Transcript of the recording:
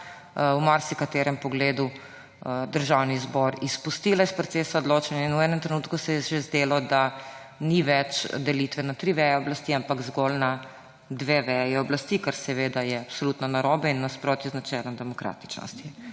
v marsikaterem pogledu je Državni zbor izpustila iz procesa odločanja. V enem trenutku se je že zdelo, da ni več delitve na tri veje oblasti, ampak zgolj na dve veji oblasti, kar je absolutno narobe in v nasprotju z načelom demokratičnosti.